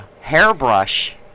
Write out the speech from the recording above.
hairbrush